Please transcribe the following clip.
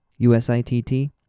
USITT